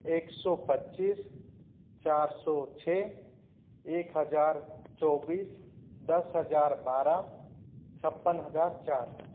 एक सौ पच्चीस चार सौ छः एक हजार चौबीस दस हजार बारह छप्पन हजार चार